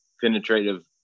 penetrative